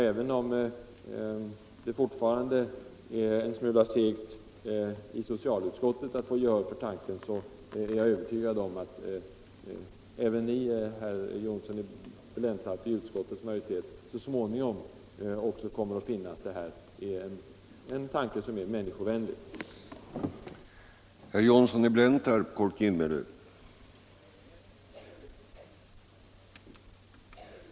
Även om det fortfarande är en smula segt att få gehör i socialutskottet, är jag övertygad om att ni i utskottet, herr Johnsson i Blentarp, så småningom kommer att finna att det här är en människovänlig tanke.